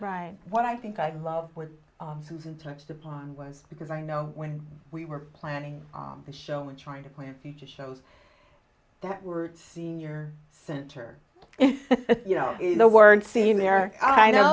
right what i think i'd love with susan touched upon was because i know when we were planning the show and trying to plan future shows that word senior center you know the word scene there i know